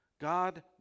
God